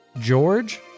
george